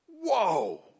Whoa